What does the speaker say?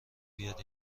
بیاد